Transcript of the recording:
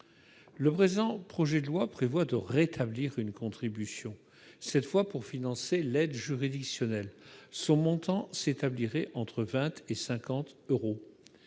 Le présent projet de loi prévoit de rétablir une contribution, cette fois pour financer l'aide juridictionnelle. Son montant s'établirait entre 20 et 50 euros.